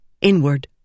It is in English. inward